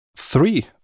three